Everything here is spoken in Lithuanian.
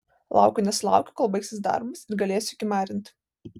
laukiu nesulaukiu kol baigsis darbas ir galėsiu kimarint